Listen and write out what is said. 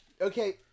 Okay